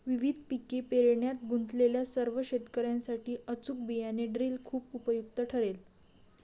विविध पिके पेरण्यात गुंतलेल्या सर्व शेतकर्यांसाठी अचूक बियाणे ड्रिल खूप उपयुक्त ठरेल